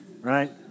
right